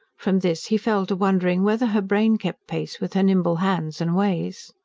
from this he fell to wondering whether her brain kept pace with her nimble hands and ways.